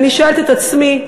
אני שואלת את עצמי,